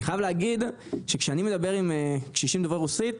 אני חייב להגיד שכשאני מדבר עם קשישים דוברי רוסית,